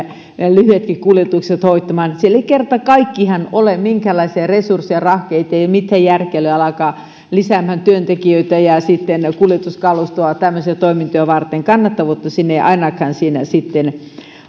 lyhyetkin kuljetukset hoitamaan siellä ei kerta kaikkiaan ole minkäänlaisia resursseja eikä rahkeita ei ole mitään järkeä alkaa lisäämään työntekijöitä ja kuljetuskalustoa tämmöisiä toimintoja varten kannattavuutta siinä ei sitten